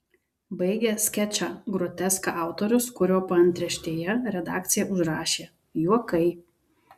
baigia skečą groteską autorius kurio paantraštėje redakcija užrašė juokai